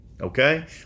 okay